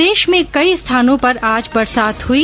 प्रदेश में कई स्थानों पर आज बरसात हुई